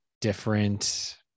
different